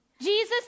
Jesus